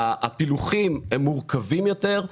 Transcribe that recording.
הפילוחים מורכבים יותר.